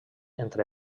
entre